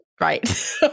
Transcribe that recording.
Right